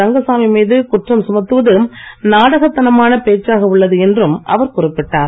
ரங்கசாமி மீது குற்றம் சுமத்துவது நாடகத் தனமான பேச்சாக உள்ளது என்றும் அவர் குறிப்பிட்டார்